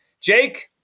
Jake